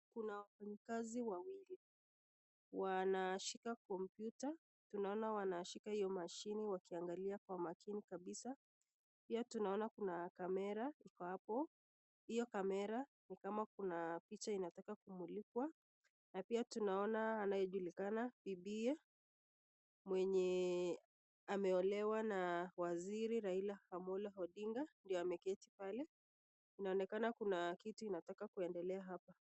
Kuna wafanyakazi wawili wanashika kompyuta. Tunaona wanashika hiyo mashine wakiangalia kwa makini kabisa. Pia tunaona kuna camera iko hapo. Hiyo camera ni kama kuna picha inataka kumulikwa na pia tunaona anayejulikana bibiye mwenye ameolewa na waziri Raila Amollo Odinga ndio ameketi pale. Inaonekana kuna kitu inataka kuendelea hapa.